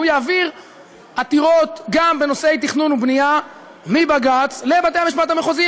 והוא יעביר עתירות גם בנושאי תכנון ובנייה מבג"ץ לבתי-המשפט המחוזיים.